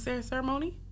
ceremony